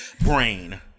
brain